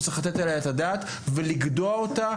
שצריך לתת עליה את הדעת ולגדוע אותה,